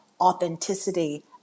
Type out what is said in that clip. authenticity